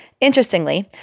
Interestingly